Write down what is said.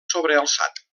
sobrealçat